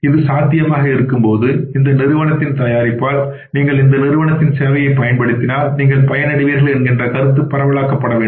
அது சாத்தியமாக இருக்கும்போது இந்த நிறுவனத்தின் தயாரிப்பால் நீங்கள் இந்த நிறுவனத்தின் சேவையைப் பயன்படுத்தினால் நீங்கள் பயனடைவீர்கள் என்கின்ற கருத்து பரவலாக்கப்பட வேண்டும்